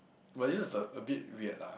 but this is a a bit weird lah